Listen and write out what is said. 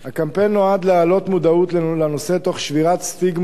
הקמפיין נועד להעלות מודעות לנושא תוך שבירת סטיגמות